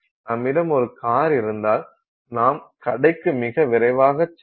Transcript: நம்மிடம் ஒரு கார் இருந்தால் நாம் கடைக்கு மிக விரைவாகச் செல்லலாம்